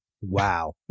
Wow